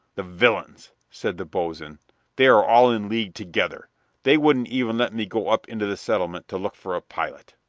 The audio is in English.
the villains! said the boatswain, they are all in league together. they wouldn't even let me go up into the settlement to look for a pilot.